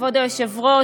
כבוד היושב-ראש,